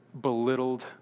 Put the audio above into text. belittled